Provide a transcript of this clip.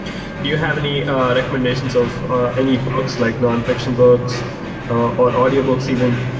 you have any recommendations of any books, like nonfiction books or or audiobooks even?